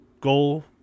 goal